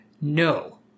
no